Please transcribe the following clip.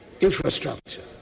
infrastructure